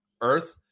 earth